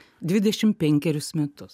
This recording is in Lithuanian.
dvidešimt penkerius metus